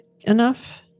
enough